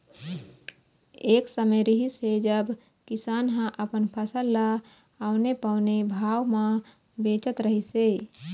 एक समे रिहिस हे जब किसान ह अपन फसल ल औने पौने भाव म बेचत रहिस हे